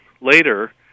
later